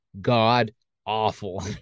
god-awful